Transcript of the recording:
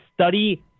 study